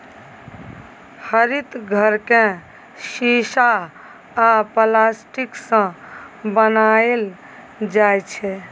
हरित घर केँ शीशा आ प्लास्टिकसँ बनाएल जाइ छै